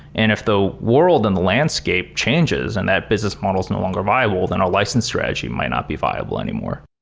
and if the world and the landscape changes and that business model is no longer viable, then a license strategy might not be viable anymore